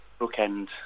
bookend